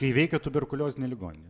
kai veikė tuberkuliozinė ligoninė